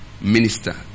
minister